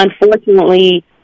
Unfortunately